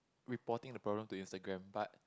reporting the problem to Instagram but